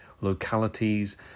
localities